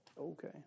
Okay